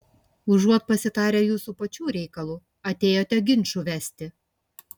užuot pasitarę jūsų pačių reikalu atėjote ginčų vesti